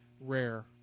rare